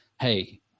hey